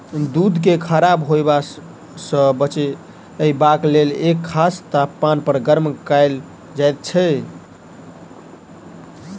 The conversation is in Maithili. दूध के खराब होयबा सॅ बचयबाक लेल एक खास तापमान पर गर्म कयल जाइत छै